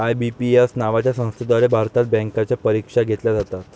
IBPS नावाच्या संस्थेद्वारे भारतात बँकांच्या परीक्षा घेतल्या जातात